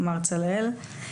מר צלאל,